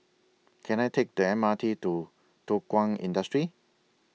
Can I Take The M R T to Thow Kwang Industry